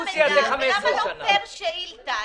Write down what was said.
ולמה לא פר שאילתה?